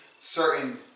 certain